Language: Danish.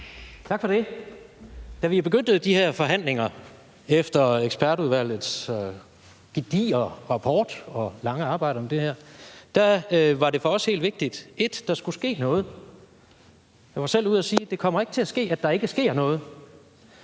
Tak for det. Da vi begyndte de her forhandlinger efter ekspertudvalgets gedigne rapport og lange arbejde om det her, var det for os helt vigtigt, at der skulle ske noget. Jeg var selv ude at sige, at det ikke kommer til at ske, at der ikke sker noget.